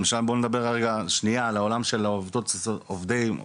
בואו נדבר רגע על העולם של העובדים הסוציאליים,